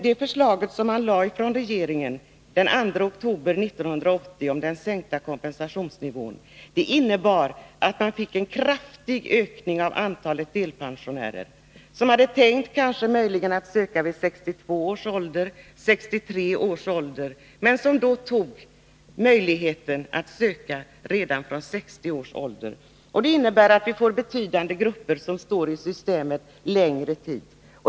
Det förslag som regeringen lade fram den 2 oktober 1980 om sänkning av kompensationsnivån innebar att det blev en kraftig ökning av antalet delpensionärer, som kanske hade tänkt att söka vid 62 eller 63 års ålder, men som då använde sig av möjligheten att söka redan vid 60-årsåldern. Detta innebär att vi har fått betydande grupper som står i systemet längre tid.